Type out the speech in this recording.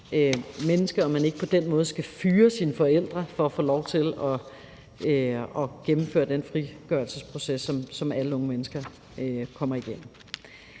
menneske, og at man ikke på den måde skal fyre sine forældre for at få lov til at gennemføre den frigørelsesproces, som alle unge mennesker kommer igennem.